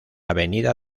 avenida